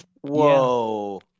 Whoa